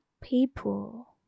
people